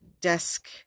desk